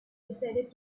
decided